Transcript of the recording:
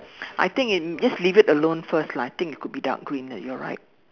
I think just leave it alone first lah I think it could be dark green you are right